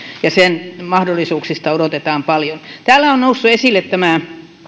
ja sen mahdollisuuksista odotetaan paljon täällä on noussut esille tämä